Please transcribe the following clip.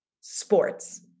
sports